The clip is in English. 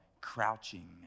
crouching